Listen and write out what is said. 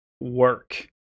work